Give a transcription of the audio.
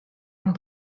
man